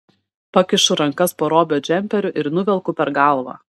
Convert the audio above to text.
pakišu rankas po robio džemperiu ir nuvelku per galvą